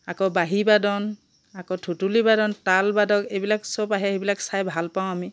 আকৌ বাঁহীবাদন আকৌ সুঁতুলিবাদন তালবাদক এইবিলাক চব আহে সেইবিলাক চাই ভাল পাওঁ আমি